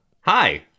Hi